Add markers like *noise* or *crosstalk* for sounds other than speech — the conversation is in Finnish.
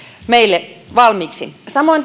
meille valmiiksi samoin *unintelligible*